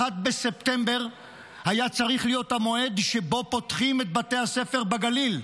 1 בספטמבר היה צריך להיות המועד שבו פותחים את בתי הספר בגליל.